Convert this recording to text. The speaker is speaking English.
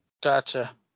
Gotcha